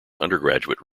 undergraduate